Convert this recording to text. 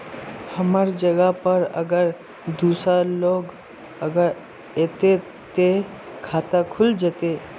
हमर जगह पर अगर दूसरा लोग अगर ऐते ते खाता खुल जते?